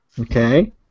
Okay